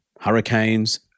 hurricanes